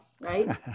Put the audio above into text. Right